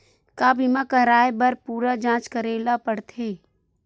का बीमा कराए बर पूरा जांच करेला पड़थे?